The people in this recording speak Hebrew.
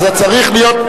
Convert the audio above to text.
אז זה צריך להיות,